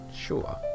sure